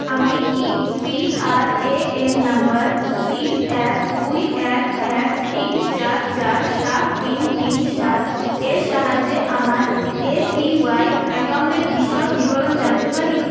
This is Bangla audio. আমি কি P R A N number তিন এক দুই এক এক তিন চার চার সাত তিন তিন সাত এর সাহায্যে আমার এ পি ওয়াই অ্যাকাউন্টের বিশদ বিবরণ জানতে পারি